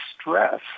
stress